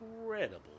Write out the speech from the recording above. incredible